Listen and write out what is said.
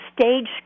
stage